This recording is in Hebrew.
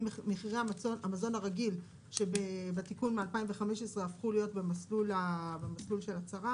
מחירי המזון הרגיל שבתיקון מ-2015 הפכו להיות במסלול של הצהרה.